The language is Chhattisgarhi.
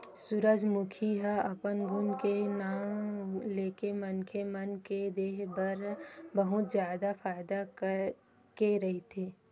सूरजमूखी ह अपन गुन के नांव लेके मनखे मन के देहे बर बहुत जादा फायदा के रहिथे